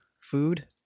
food